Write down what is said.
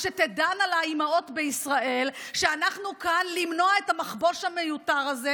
אז שתדענה האימהות בישראל שאנחנו כאן כדי למנוע את המחבוש המיותר הזה,